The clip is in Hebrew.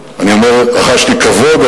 אני אומר: רחשתי כבוד,